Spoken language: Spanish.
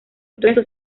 historia